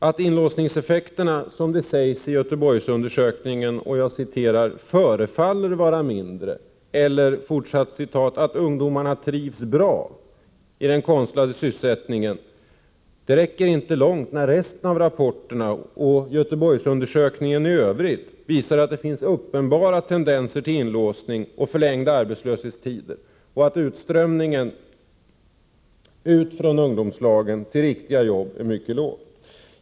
Att inlåsningseffekterna, som det sägs i Göteborgsundersökningen, ”förefaller vara mindre” och ”att ungdomarna trivs bra” i den konstlade sysselsättningen räcker inte långt, när resten av rapporten och Göteborgsundersökningen i övrigt visar att det finns uppenbara tendenser till inlåsning och förlängda arbetslöshetstider och att utströmningen från ungdomslagen till riktiga jobb är mycket låg.